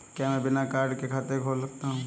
क्या मैं बिना पैन कार्ड के खाते को खोल सकता हूँ?